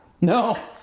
No